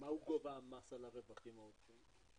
מה גובה המס על הרווחים העודפים?